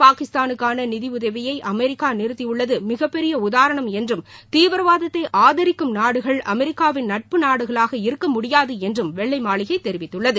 பாகிஸ்தானுக்கான நிதியுதவியை அமெரிக்கா நிறுத்தியுள்ளது மிகப்பெரிய உதாரணம் என்றும் தீவிரவாதத்தை ஆதரிக்கும் நாடுகள் அமெரிக்காவின் நட்பு நாடுகளாக இருக்க முடியாது என்றும் வெள்ளை மாளிகை தெரிவித்துள்ளது